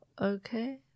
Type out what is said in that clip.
Okay